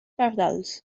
pardals